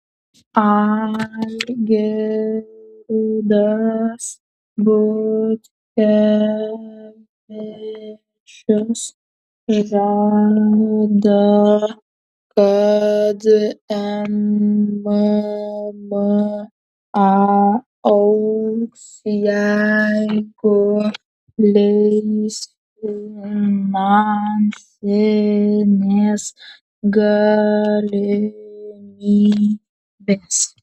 algirdas butkevičius žada kad mma augs jeigu leis finansinės galimybės